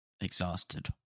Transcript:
exhausted